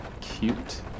cute